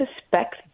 suspect